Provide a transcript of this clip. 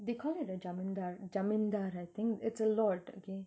they call it a jaminthar jaminthar I think it's a lord okay